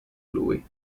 lui